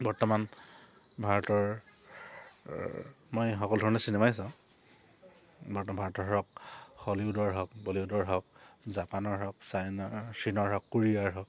বৰ্তমান ভাৰতৰ মই সকলো ধৰণৰ চিনেমাই চাওঁ বৰ্তমান ভাৰতৰ হওক হলিউডৰ হওক বলিউডৰ হওক জাপানৰ হওক চাইনা চীনৰ হওক কোৰিয়াৰ হওক